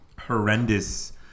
horrendous